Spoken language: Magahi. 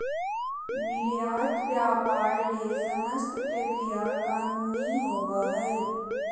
निर्यात व्यापार ले समस्त प्रक्रिया कानूनी होबो हइ